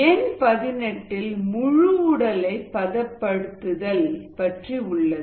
எண் 18 ல் முழு உடலை பதப்படுத்துதல் பற்றி உள்ளது